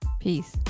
Peace